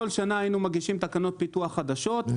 בכל שנה היינו מגישים תקנות פיקוח חדשות,